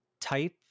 type